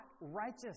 righteous